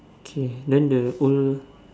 okay then the old